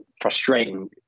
frustrating